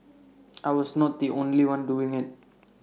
I was not the only one doing IT